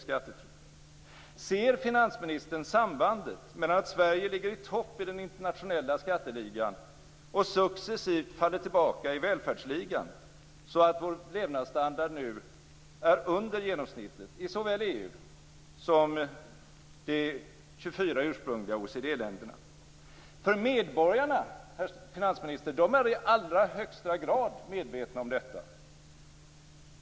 Ser finansministern sambandet mellan att Sverige ligger i topp i den internationella skatteligan och successivt faller tillbaka i välfärdsligan, så att vår levnadsstandard nu är under genomsnittet i såväl EU som de 24 ursprungliga OECD-länderna? Medborgarna, herr finansminister, är i allra högsta grad medvetna om detta.